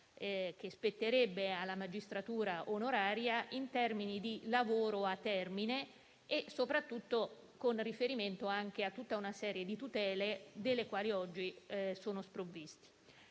che spetterebbe alla magistratura onoraria in termini di lavoro a termine e, soprattutto, con riferimento a tutta una serie di tutele delle quali oggi è sprovvista.